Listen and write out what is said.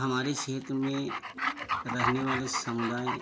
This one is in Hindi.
हमारे क्षेत्र में रहने वाले समुदाय